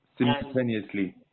simultaneously